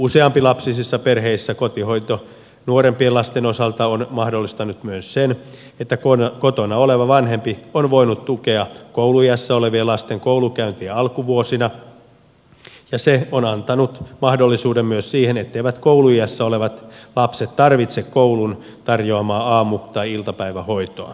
useampilapsisissa perheissä kotihoito nuorempien lasten osalta on mahdollistanut myös sen että kotona oleva vanhempi on voinut tukea kouluiässä olevien lasten koulunkäyntiä alkuvuosina ja se on antanut mahdollisuuden myös siihen etteivät kouluiässä olevat lapset tarvitse koulun tarjoamaa aamu tai iltapäivähoitoa